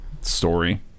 story